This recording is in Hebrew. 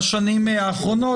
בשבוע האחרון,